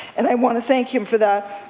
and i want to thank him for that.